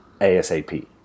ASAP